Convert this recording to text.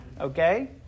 okay